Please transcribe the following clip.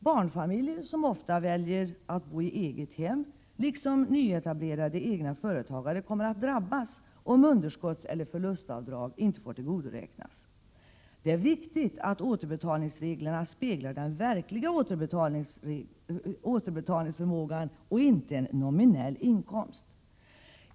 Barnfamiljer, som ofta väljer att bo i eget hem, liksom nyetablerade egna företagare kommer att drabbas, om underskottseller förlustavdrag inte får tillgodoräknas. Det är viktigt att återbetalningsreglerna speglar den verkliga återbetalningsförmågan och inte en nominell inkomst.